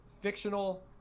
fictional